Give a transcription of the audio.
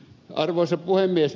arvoisa puhemies